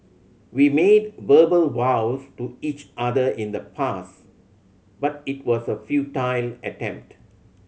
we made verbal vows to each other in the past but it was a futile attempt